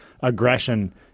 aggression